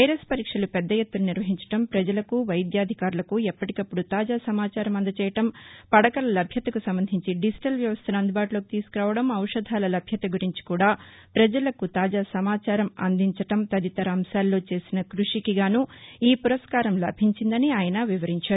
virus పరీక్షలు పెద్దఎత్తున నిర్వహించడం పజలకు వైద్యాధికారులకు ఎప్పటికప్పుడు తాజా సమాచారం అందజేయడం పడకల లభ్యతకు సంబంధించి డిజిటల్ వ్యవస్థను అందుబాటులోకి తీసుకురావడం ఔషధాల లభ్యత గురించి కూడా ప్రపజలకు తాజా సమాచారం అందించడం తదితర అంశాల్లో చేసిన కృషికిగాను ఈ పురస్కారం లభించిందని ఆయన వివరించారు